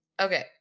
Okay